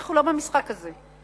אנחנו לא במשחק הזה.